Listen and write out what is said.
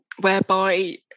whereby